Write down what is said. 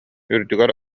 үрдүгэр